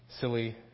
silly